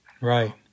Right